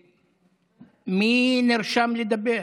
מי נרשם לדבר?